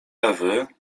ewy